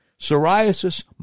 psoriasis